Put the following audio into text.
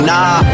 Nah